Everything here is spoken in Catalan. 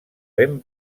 ben